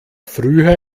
früher